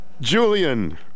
Julian